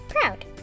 proud